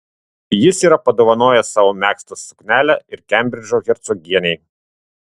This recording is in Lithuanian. jis yra padovanojęs savo megztą suknelę ir kembridžo hercogienei